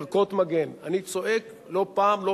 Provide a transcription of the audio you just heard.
ערכות מגן: אני צועק לא פעם אחת,